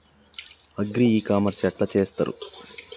Agri e commerce ఎట్ల చేస్తరు?